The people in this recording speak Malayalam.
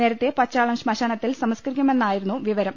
നേരത്തെ പച്ചാളം ശ്മശാനത്തിൽ സംസ്കരിക്കുമെന്നായിരുന്നു വിവരം